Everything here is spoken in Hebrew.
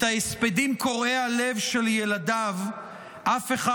את ההספדים קורעי הלב של ילדיו אף אחד